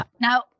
Now